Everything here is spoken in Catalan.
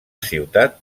ciutat